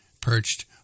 perched